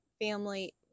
family